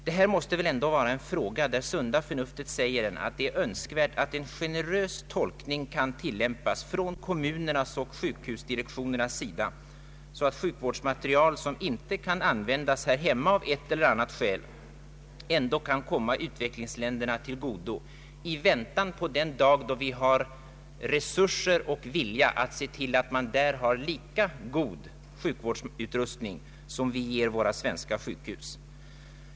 Detta måste väl vara en fråga där sunda förnuftet säger att det är önskvärt med en generös tolkning från kommunernas och sjukhusdirektionernas sida, så att den sjukvårdsmateriel som av ett eller annat skäl inte kan användas här hemma ändå kan komma utvecklingsländerna till godo i väntan på den dag då vi i vårt land har resurser och vilja att se till att man där ute har lika god sjukvårdsutrustning som våra svenska sjukhus.